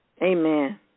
Amen